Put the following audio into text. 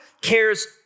cares